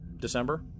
December